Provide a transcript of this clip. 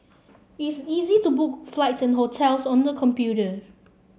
it's easy to book flights and hotels on the computer